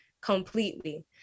completely